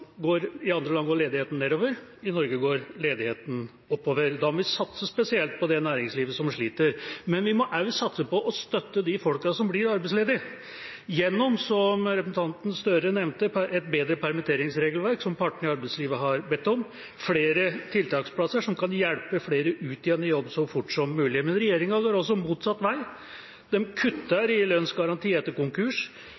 går ledigheten nedover – i Norge går ledigheten oppover. Da må vi satse spesielt på det næringslivet som sliter, men vi må også satse på å støtte de folkene som blir arbeidsledige, gjennom – som representanten Gahr Støre nevnte – et bedre permitteringsregelverk, som partene i arbeidslivet har bedt om, og flere tiltaksplasser, som kan hjelpe flere ut igjen i jobb så fort som mulig. Men regjeringa går altså motsatt vei: De kutter i lønnsgaranti etter konkurs,